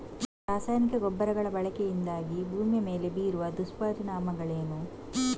ರಾಸಾಯನಿಕ ಗೊಬ್ಬರಗಳ ಬಳಕೆಯಿಂದಾಗಿ ಭೂಮಿಯ ಮೇಲೆ ಬೀರುವ ದುಷ್ಪರಿಣಾಮಗಳೇನು?